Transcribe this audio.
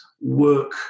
work